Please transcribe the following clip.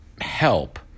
help